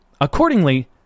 Accordingly